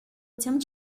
тем